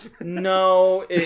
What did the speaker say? No